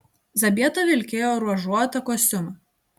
zabieta vilkėjo ruožuotą kostiumą